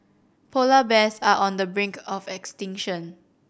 polar bears are on the brink of extinction